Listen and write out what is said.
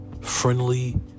friendly